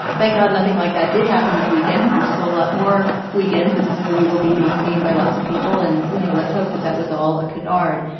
thank god nothing like that did happen this weekend. there's still a lot more weekends that this movie will be being seen by lots of people and you know let's hope that that was all a canard.